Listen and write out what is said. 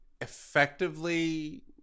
effectively